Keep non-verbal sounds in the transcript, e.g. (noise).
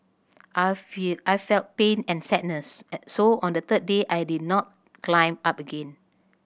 I fell I felt pain and sadness (unintelligible) so on the third day I did not climb up again